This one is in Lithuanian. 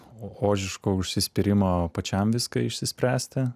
ožiško užsispyrimo pačiam viską išsispręsti